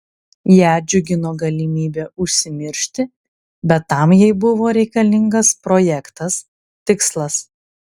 ją džiugino galimybė užsimiršti bet tam jai buvo reikalingas projektas tikslas